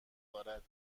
دارد